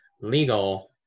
legal